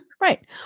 Right